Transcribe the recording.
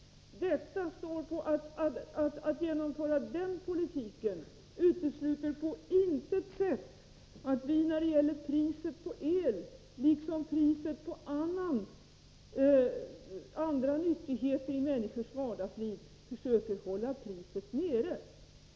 Att genomföra den politiken utesluter på intet sätt att vi försöker hålla priset på el nere, liksom priserna på andra nyttigheter i människors vardagsliv.